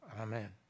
Amen